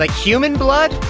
like human blood?